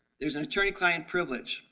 there's an attorney-client privilege.